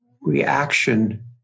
reaction